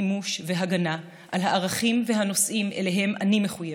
מימוש והגנה של הערכים והנושאים שאליהם אני מחויבת: